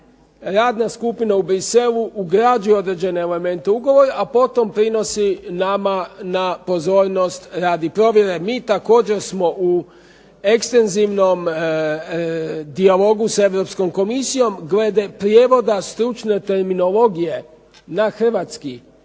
radna skupina u Bruxellesu ugrađuje određene elemente ugovora, a potom prinosi nama na pozornost radi provjere, mi također smo u ekstenzivnom dijalogu s Europskom Komisijom glede prijevoda stručne terminologije na hrvatski